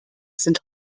sind